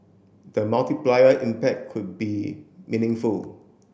the multiplier impact could be meaningful